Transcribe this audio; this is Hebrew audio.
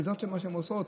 וזה מה שהן עושות.